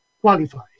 qualifies